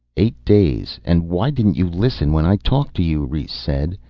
eight days. and why didn't you listen when i talked to you? rhes said.